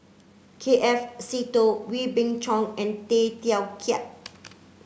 K F Seetoh Wee Beng Chong and Tay Teow Kiat